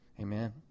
Amen